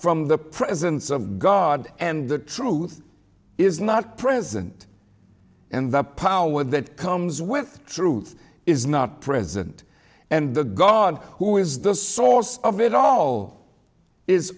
from the presence of god and the truth is not present and the power that comes with truth is not present and the god who is the source of it all is